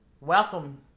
Welcome